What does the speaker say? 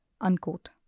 unquote